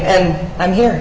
and i'm here